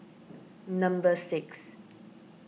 number six